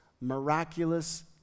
miraculous